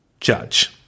judge